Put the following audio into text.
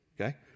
okay